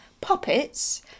puppets